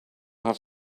have